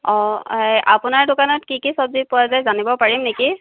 অঁ হেই আপোনাৰ দোকানত কি কি চবজি পোৱা যায় জানিব পাৰিম নেকি